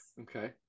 Okay